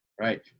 Right